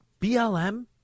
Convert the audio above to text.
BLM